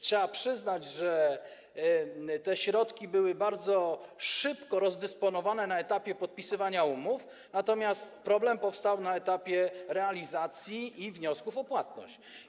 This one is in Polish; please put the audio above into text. Trzeba przyznać, że te środki były bardzo szybko rozdysponowane na etapie podpisywania umów, natomiast problem powstał na etapie realizacji i wniosków o płatności.